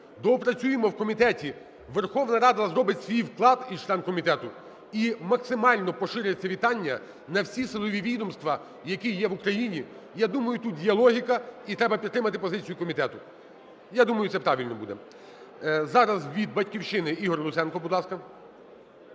доопрацюємо в комітеті. Верховна Рада зробить свій вклад і члени комітету і максимально поширить це вітання на всі силові відомства, які є в Україні. Я думаю, тут є логіка, і треба підтримати позицію комітету. Я думаю, це правильно буде. Зараз від "Батьківщини" Ігор Луценко, будь ласка.